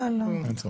אין צורך.